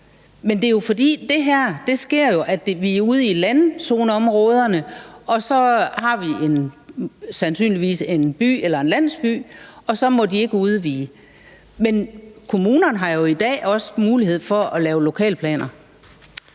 det er jo, fordi det her sker ude i landzoneområderne, hvor der sandsynligvis er en by eller en landsby, og så må de ikke udvide. Men kommunerne har jo i dag også mulighed for at lave lokalplaner.